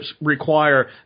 require